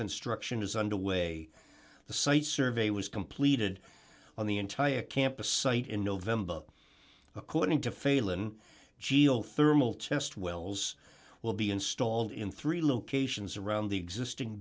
construction is under way the site survey was completed on the entire campus site in november according to faylen geothermal test wells will be installed in three locations around the existing